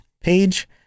page